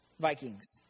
Vikings